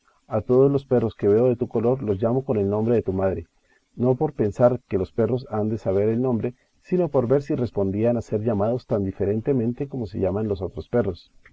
a todos los perros que veo de tu color los llamo con el nombre de tu madre no por pensar que los perros han de saber el nombre sino por ver si respondían a ser llamados tan diferentemente como se llaman los otros perros